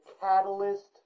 catalyst